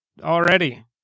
already